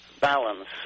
balance